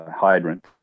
hydrant